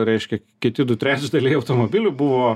reiškia kiti du trečdaliai automobilių buvo